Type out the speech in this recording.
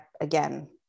Again